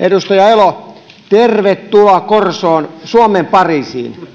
edustaja elo tervetuloa korsoon suomen pariisiin